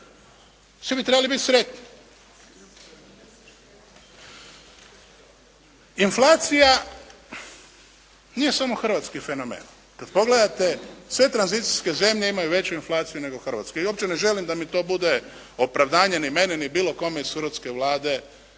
Svi bi trebali biti sretni. Inflacija nije samo hrvatski fenomen. Kad pogledate sve tranzicijske zemlje imaju veću inflaciju nego hrvatske. I uopće ne želim da mi to bude opravdanje ni meni ni bilo kome iz hrvatske Vlade